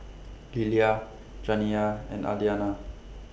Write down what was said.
Lillia Janiya and Aliana